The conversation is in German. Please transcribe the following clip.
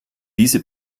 diese